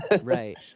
right